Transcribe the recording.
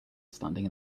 standing